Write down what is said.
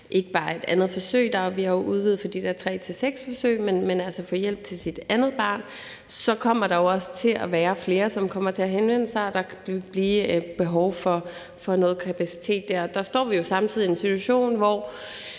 ikke bare et andet forsøg; vi har jo udvidet fra tre til seks forsøg – så kommer der jo også til at være flere, som kommer til at henvende sig, og der kan blive behov for noget kapacitet dér. Der står vi jo samtidig i en situation, hvor